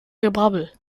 gebrabbel